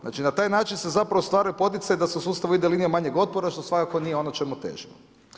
Znači na taj način se zapravo stvara poticaj da se u sustavu ide linijom manjeg otpora što svakako nije ono čemu težimo.